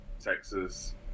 Texas